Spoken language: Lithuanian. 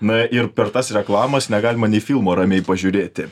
na ir per tas reklamas negalima nei filmo ramiai pažiūrėti